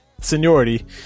seniority